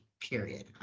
period